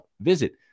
Visit